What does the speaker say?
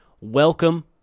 Welcome